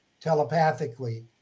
telepathically